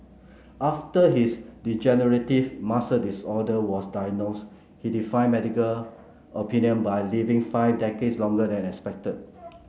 after his degenerative muscle disorder was diagnosed he defied medical opinion by living five decades longer than expected